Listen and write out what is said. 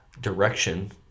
direction